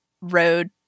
road